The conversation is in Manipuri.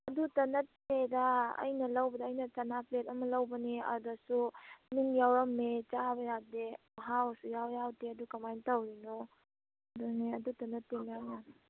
ꯑꯗꯨꯇ ꯅꯠꯇꯦꯗ ꯑꯩꯅ ꯂꯧꯕꯗ ꯑꯩꯅ ꯆꯅꯥ ꯄ꯭ꯂꯦꯠ ꯑꯃ ꯂꯧꯕꯅꯦ ꯑꯗꯨꯗꯁꯨ ꯅꯨꯡ ꯌꯥꯎꯔꯝꯃꯦ ꯆꯥꯕ ꯌꯥꯗꯦ ꯃꯍꯥꯎ ꯁꯨꯛꯌꯥꯎ ꯌꯥꯎꯗꯦ ꯑꯗꯨ ꯀꯃꯥꯏꯅ ꯇꯧꯔꯤꯅꯣ ꯑꯗꯨꯅꯦ ꯑꯗꯨꯇ ꯅꯠꯇꯦ ꯃꯌꯥꯝꯅꯤ